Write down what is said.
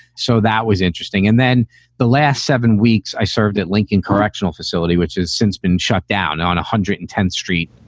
so that was interesting. and then the last seven weeks i served at lincoln correctional facility, which has since been shut down on one hundred and ten street.